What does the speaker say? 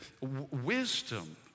wisdom